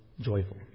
joyful